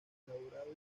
elaborado